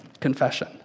confession